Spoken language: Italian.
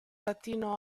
latino